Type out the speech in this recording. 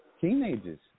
teenagers